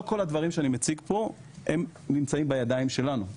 לא כל הדברים שאני מציג פה נמצאים בידיים שלנו.